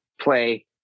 play